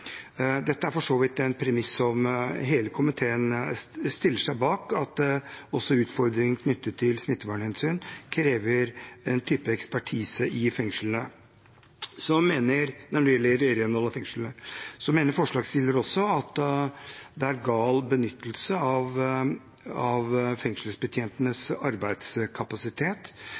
Dette er for så vidt en premiss som hele komiteen stiller seg bak, at også utfordringene knyttet til smittevernhensyn krever en type ekspertise når det gjelder renhold av fengslene. Så mener forslagsstillerne også at dette er gal benyttelse av fengselsbetjentenes arbeidskapasitet.